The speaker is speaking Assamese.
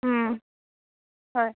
হয়